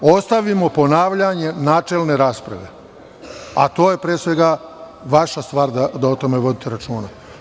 Ostavimo ponavljanja načelne rasprave, a to je, pre svega, vaša stvar da o tome vodite računa.